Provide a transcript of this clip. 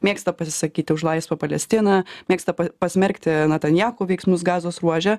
mėgsta pasisakyti už laisvą palestiną mėgsta pasmerkti netanjachu veiksmus gazos ruože